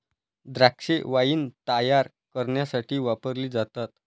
द्राक्षे वाईन तायार करण्यासाठी वापरली जातात